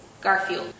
Garfield